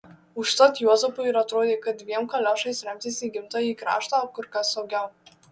užtat juozapui ir atrodė kad dviem kaliošais remtis į gimtąjį kraštą kur kas saugiau